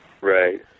Right